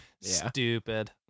Stupid